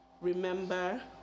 remember